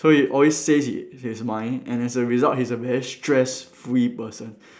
so he always says hi~ his mind and as a result he's a very stress free person